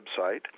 website